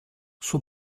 suo